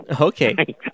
Okay